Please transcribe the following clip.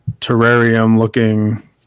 terrarium-looking